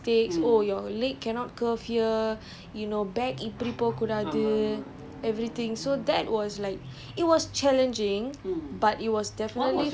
how to jump slowly so it's like he will really like pinpoint like mistakes oh your leg cannot curve here you know back இப்படி போக கூடாது:ippadi poga kudaathu